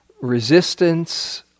resistance